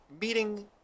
meeting